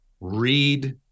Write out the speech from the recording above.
read